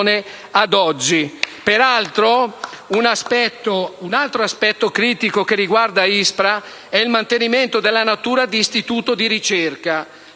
Peraltro, un altro aspetto critico che riguarda l'ISPRA è il mantenimento della natura di istituto di ricerca.